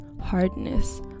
hardness